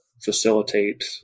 facilitate